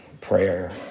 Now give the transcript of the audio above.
prayer